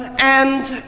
and